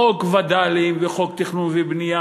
חוק וד"לים וחוק תכנון ובנייה,